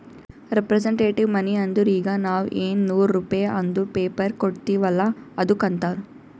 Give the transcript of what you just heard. representative money ಅಂದುರ್ ಈಗ ನಾವ್ ಎನ್ ನೂರ್ ರುಪೇ ಅಂದುರ್ ಪೇಪರ್ ಕೊಡ್ತಿವ್ ಅಲ್ಲ ಅದ್ದುಕ್ ಅಂತಾರ್